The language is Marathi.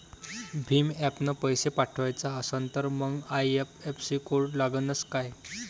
भीम ॲपनं पैसे पाठवायचा असन तर मंग आय.एफ.एस.सी कोड लागनच काय?